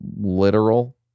literal